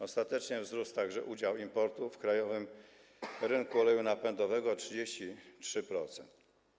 Ostatecznie wzrósł także udział importu w krajowym rynku oleju napędowego do 33%.